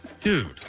Dude